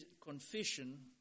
confession